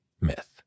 myth